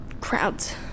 crowds